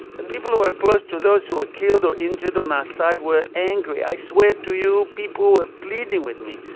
the people who are close to those who were killed or injured on our side were angry, i swear to you, people were pleading with me,